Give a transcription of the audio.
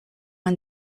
and